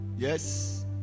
Yes